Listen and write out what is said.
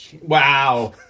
wow